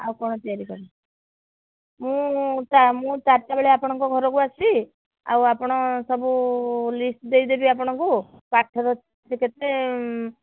ଆଉ କ'ଣ ତିଆରି କରିବେ ମୁଁ ଚାରିଟା ବେଳେ ଆପଣଙ୍କ ଘରକୁ ଆସିବି ଆଉ ଆପଣ ସବୁ ଲିଷ୍ଟ ଦେଇ ଦେବି ଆପଣଙ୍କୁ କାଠ ରେଟ୍ କେତେ